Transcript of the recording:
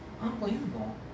unbelievable